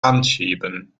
anschieben